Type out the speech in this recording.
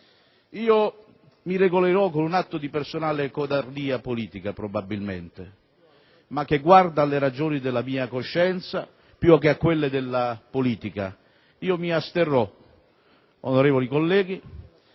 Mi regolerò con un atto di personale codardia politica, probabilmente, ma che guarda alle ragioni della mia coscienza più che a quelle della politica: mi asterrò, onorevoli colleghi,